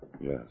Yes